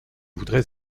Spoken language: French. voudrais